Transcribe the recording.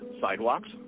sidewalks